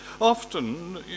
often